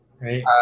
right